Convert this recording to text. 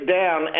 down